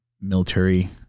military